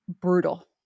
Brutal